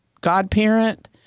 godparent